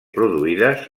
produïdes